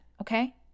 okay